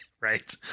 right